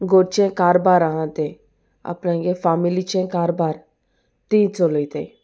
घरचें कारबार आसा तें आपणगे फामिलीचें कारबार तीं चलयताय